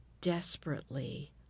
desperately